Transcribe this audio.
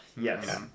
Yes